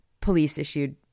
police-issued